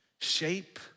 shape